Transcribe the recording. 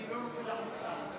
אני לא רוצה לעמוד שם.